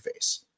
interface